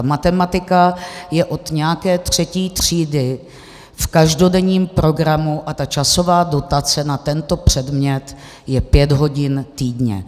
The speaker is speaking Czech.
Matematika je od nějaké třetí třídy v každodenním programu a časová dotace na tento předmět je pět hodin týdně.